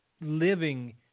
living